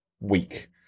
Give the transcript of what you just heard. week